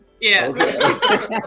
Yes